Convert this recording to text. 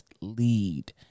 lead